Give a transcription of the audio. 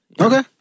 Okay